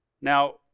Now